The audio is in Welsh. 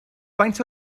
faint